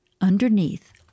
Underneath